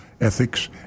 ethics